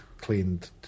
cleaned